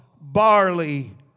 barley